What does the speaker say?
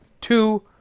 two